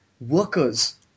workers